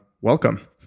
welcome